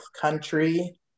country